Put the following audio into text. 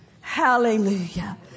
Hallelujah